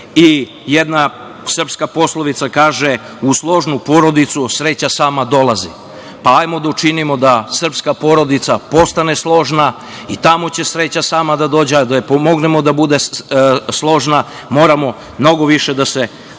kolega. Jedna srpska poslovica kaže – u složnu porodicu sreća sama dolazi. Pa, hajde da učinimo da srpska porodica postane složna i tamo će sreća sama da dođe, a da joj pomognemo da bude složna, moramo mnogo više da se za